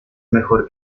mejor